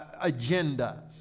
agenda